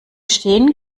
stehen